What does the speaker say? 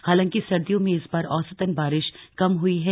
हालांकि सर्दियों में इस बार औसतन बारिश कम हई है